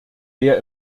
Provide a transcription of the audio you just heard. der